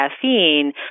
caffeine